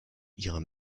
ihrem